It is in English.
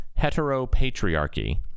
heteropatriarchy